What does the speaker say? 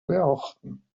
beachten